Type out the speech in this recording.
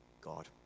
God